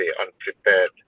unprepared